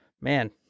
man